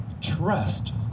trust